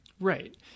Right